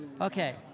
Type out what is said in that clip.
Okay